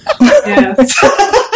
Yes